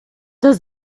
does